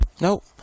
Nope